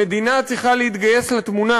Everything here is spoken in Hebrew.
המדינה צריכה להתגייס לתמונה,